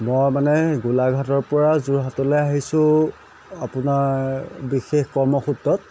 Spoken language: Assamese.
মই মানে সেই গোলাঘাটৰপৰা যোৰহাটলৈ আহিছোঁ আপোনাৰ বিশেষ কৰ্মসূত্ৰত